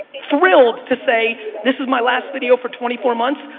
thrilled to say this is my last video for twenty four months,